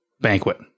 Banquet